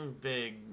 Big